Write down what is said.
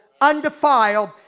undefiled